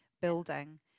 building